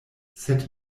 sed